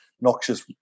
noxious